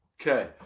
Okay